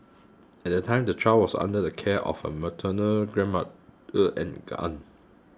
at that time the child was under the care of her maternal grandma a and aunt